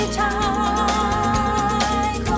time